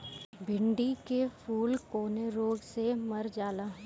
भिन्डी के फूल कौने रोग से मर जाला?